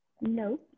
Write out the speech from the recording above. No